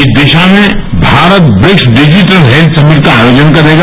इस दिशा में Bharat BRICS digital health summit का आयोजन करेगा